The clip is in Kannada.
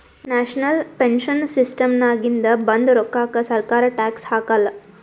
ನ್ಯಾಷನಲ್ ಪೆನ್ಶನ್ ಸಿಸ್ಟಮ್ನಾಗಿಂದ ಬಂದ್ ರೋಕ್ಕಾಕ ಸರ್ಕಾರ ಟ್ಯಾಕ್ಸ್ ಹಾಕಾಲ್